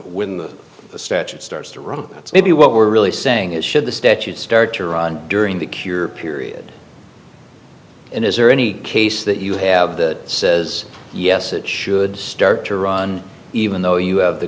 when the statute starts to run that's maybe what we're really saying is should the statute start to run during the cure period and is there any case that you have that says yes it should start to run even though you have the